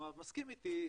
מואב מסכים איתי,